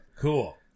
Cool